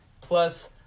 plus